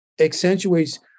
accentuates